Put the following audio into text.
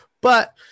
But-